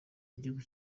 igihugu